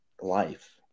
life